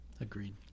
Agreed